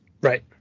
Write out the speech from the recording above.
Right